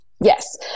Yes